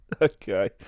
okay